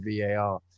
VAR